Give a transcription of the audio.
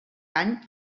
any